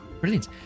Brilliant